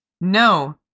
no